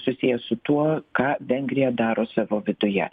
susijęs su tuo ką vengrija daro savo viduje